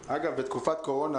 אגב, בתקופת קורונה